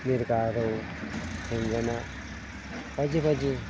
मिरगा रौ थेंगोना बायदि बायदि